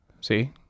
See